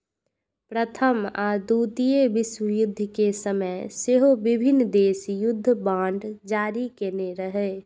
प्रथम आ द्वितीय विश्वयुद्ध के समय सेहो विभिन्न देश युद्ध बांड जारी केने रहै